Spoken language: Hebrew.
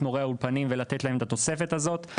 מורי האולפנים ולתת להם את התוספת הזאת,